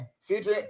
future